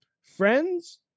friends